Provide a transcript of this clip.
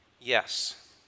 Yes